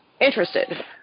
interested